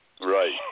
Right